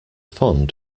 fond